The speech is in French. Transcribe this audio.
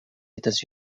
états